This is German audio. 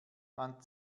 man